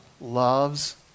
loves